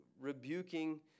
rebuking